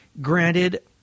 granted